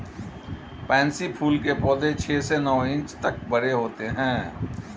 pansy फूल के पौधे छह से नौ इंच तक बड़े होते हैं